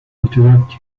interrupt